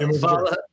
Follow